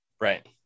Right